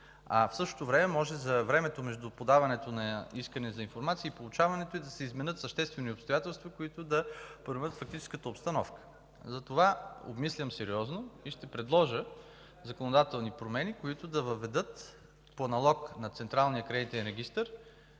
а в същото време може за времето между подаването на искане за информация и получаването й да се изменят съществени обстоятелства, които да променят фактическата обстановка. Затова обмислям сериозно и ще предложа законодателни промени, които да въведат, по аналог на Централния кредитен регистър,